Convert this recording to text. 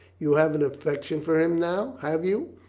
you have an affection for him now, have you?